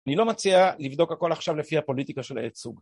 אני לא מציע לבדוק הכל עכשיו לפי הפוליטיקה של העיצוב